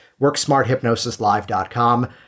WorkSmartHypnosisLive.com